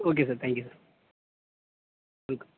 okay sir thank you sir welcome